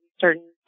certain